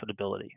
profitability